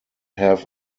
have